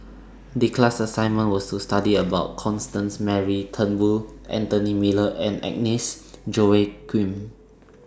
The class assignment was to study about Constance Mary Turnbull Anthony Miller and Agnes Joaquim